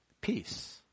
Peace